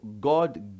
god